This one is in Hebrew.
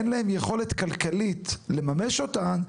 אין להם יכולת כלכלית לממש אותן,